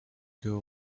girl